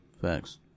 Facts